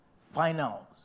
finals